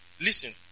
listen